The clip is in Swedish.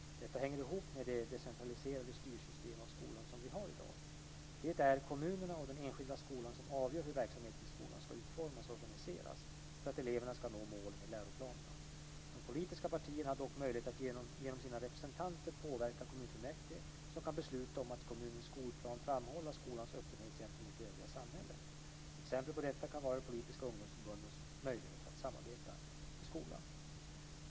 Detta hänger ihop med det decentraliserade styrsystem av skolan som vi har i dag. Det är kommunerna och den enskilda skolan som avgör hur verksamheten i skolan ska utformas och organiseras för att eleverna ska nå målen i läroplanerna. De politiska partierna har dock möjlighet att genom sina representanter påverka kommunfullmäktige som kan besluta om att i kommunens skolplan framhålla skolans öppenhet gentemot det övriga samhället. Exempel på detta kan vara de politiska ungdomsförbundens möjligheter att samarbeta med skolan.